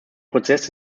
prozess